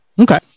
Okay